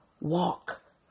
walk